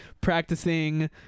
practicing